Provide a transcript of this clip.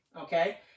Okay